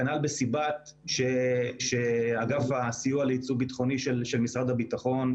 כנ"ל בסיב"ט (האגף הסיוע לייצוא ביטחוני של משרד הביטחון),